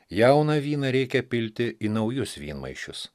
jauną vyną reikia pilti į naujus vynmaišius